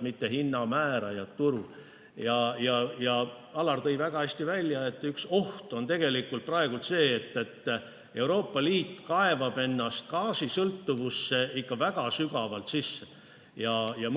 mitte hinna määrajad. Alar Konist tõi väga hästi välja, et üks oht on tegelikult praegu see, et Euroopa Liit kaevab ennast gaasisõltuvusse ikka väga sügavalt sisse.